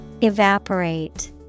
Evaporate